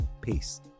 peace